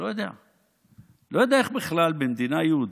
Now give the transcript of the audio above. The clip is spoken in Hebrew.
לא יודע איך בכלל במדינה יהודית,